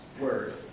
word